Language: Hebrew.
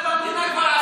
שצריך לטפל בו.